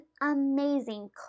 amazing